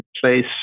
place